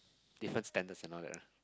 different standards and all that ah